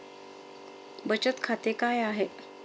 बचत खाते काय आहे?